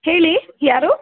ಹೇಳಿ ಯಾರು